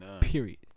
Period